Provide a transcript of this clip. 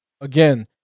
again